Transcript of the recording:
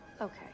okay